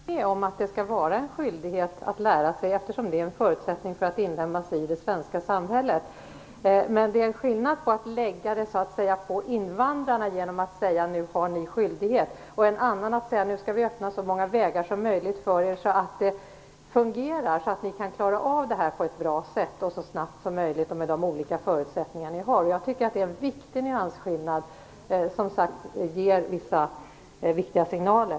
Fru talman! Jag håller självfallet med om att det skall vara en skyldighet att lära sig svenska, eftersom det är en förutsättning för att inlemmas i det svenska samhället. Men det är en sak att lägga det på invandrarna genom att säga: Nu har ni skyldighet, och en annan sak att säga: Nu skall vi öppna så många vägar som möjligt för er så att det fungerar, så att ni kan klara av det här på ett bra sätt, så snabbt som möjligt och med de olika förutsättningar ni har. Jag tycker att det är en viktig nyansskillnad som, som sagt, ger vissa viktiga signaler.